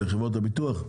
לחברות הביטוח?